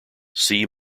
see